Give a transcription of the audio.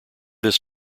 this